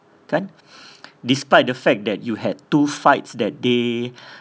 kan despite the fact that you had two fights that day